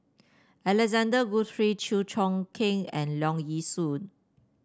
Alexander Guthrie Chew Choo Keng and Leong Yee Soo